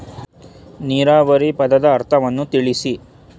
ನೀರಾವರಿ ಪದದ ಅರ್ಥವನ್ನು ತಿಳಿಸಿ?